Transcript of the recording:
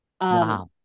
Wow